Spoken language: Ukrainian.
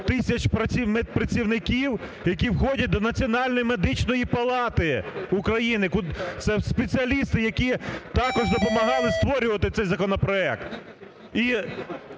тисяч працівників, які входять до Національної медичної палати України, це спеціалісти, які також допомагали створювати цей законопроект.